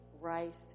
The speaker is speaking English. Rice